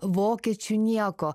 vokiečių nieko